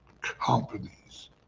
companies